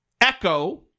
echo